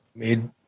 made